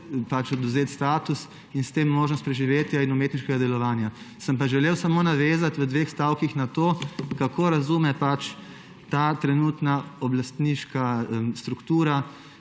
odvzet status ter s tem možnost preživetja in umetniškega delovanja. Sem pa želel samo navezati v dveh stavkih na to, kako razume trenutna oblastniška struktura